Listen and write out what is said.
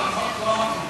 לך, אתה מגנה אותו?